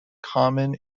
common